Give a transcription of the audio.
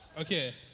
Okay